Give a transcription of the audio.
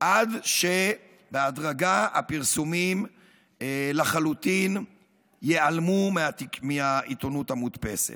עד שבהדרגה הפרסומים ייעלמו לחלוטין מהעיתונות המודפסת.